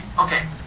Okay